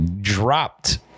dropped